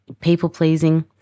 people-pleasing